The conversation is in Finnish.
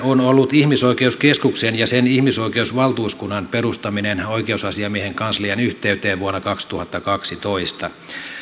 on ollut ihmisoikeuskeskuksen ja sen ihmisoikeusvaltuuskunnan perustaminen oikeusasiamiehen kanslian yhteyteen vuonna kaksituhattakaksitoista